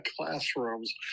classrooms